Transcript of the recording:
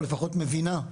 או לפחות מבינה?